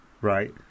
right